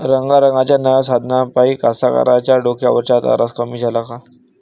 रंगारंगाच्या नव्या साधनाइपाई कास्तकाराइच्या डोक्यावरचा तरास कमी झाला का?